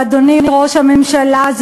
ואדוני ראש הממשלה,